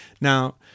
Now